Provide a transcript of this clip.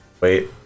wait